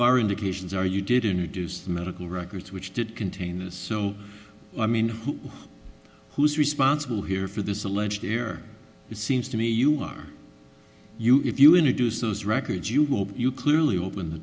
of our indications are you did introduce the medical records which did contain this so i mean who who is responsible here for this alleged error it seems to me you are you if you introduce those records you will you clearly open the